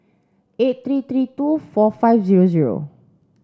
eight three three two four five zero zero